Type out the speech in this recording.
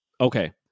okay